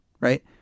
right